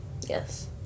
Yes